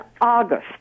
August